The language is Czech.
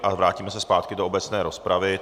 A vrátíme se zpátky do obecné rozpravy.